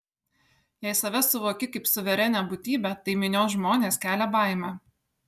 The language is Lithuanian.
jei save suvoki kaip suverenią būtybę tai minios žmonės kelia baimę